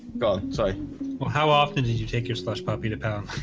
so well, how often did you take your slush puppy to town